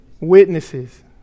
Witnesses